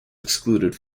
excluded